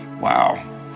wow